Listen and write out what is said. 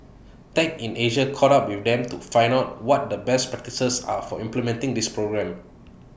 tech in Asia caught up with them to find out what the best practices are for implementing this program